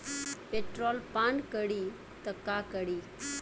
Petrol पान करी त का करी?